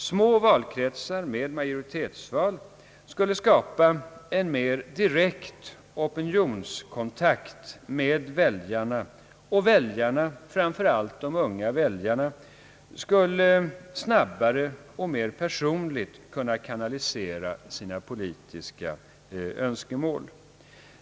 Små valkretsar med majoritetsval skulle skapa en mer direkt opinionskontakt med väljarna, och väljarna — framför allt de unga väljarna — skulle snabbare och mer personligt kunna kanalisera sina politiska önskemål.